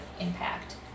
impact